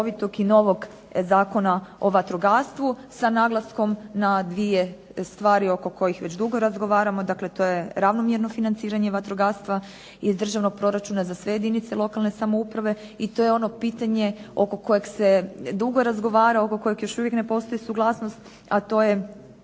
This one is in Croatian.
i novog Zakona o vatrogastvu sa naglaskom na dvije stvari oko kojih već dugo razgovaramo. Dakle, to je ravnomjerno financiranje vatrogastva iz državnog proračuna za sve jedinice lokalne samouprave i to je ono pitanje oko kojeg se dugo razgovara, oko kojeg još uvijek ne postoji suglasnost a to je